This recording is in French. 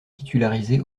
titularisé